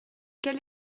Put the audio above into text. quel